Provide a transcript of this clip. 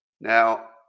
Now